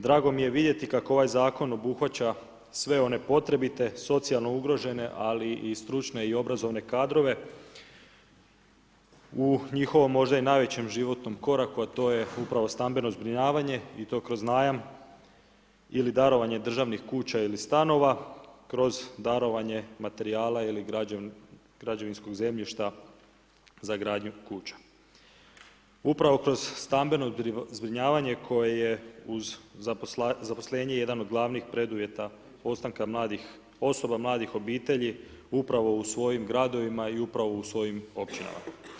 Drago mi je vidjeti kako ovaj zakon obuhvaća sve one potrebite, socijalno ugrožene ali i stručne i obrazovane kadrove u njihovom možda i najvećem životnom koraku a to je upravo stambeno zbrinjavanje i to kroz najam ili darovanje državnih kuća ili stanova kroz darovanje materijala ili građevinskog zemljišta za gradnju kuća upravo kroz stambeno zbrinjavanje koje je uz zaposlenje jedan od glavnih preduvjeta ostanka mladih, osoba mladih obitelji upravo u svojim gradovima i upravo u svojim općinama.